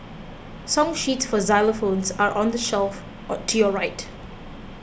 song sheets for xylophones are on the shelf to your right